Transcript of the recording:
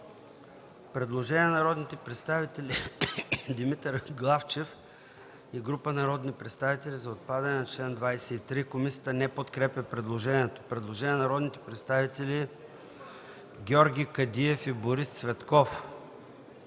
Предложение от народния представител Димитър Главчев и група народни представители за отпадане на чл. 23. Комисията не подкрепя предложението. Предложение на народните представители Георги Кадиев и Борис Цветков: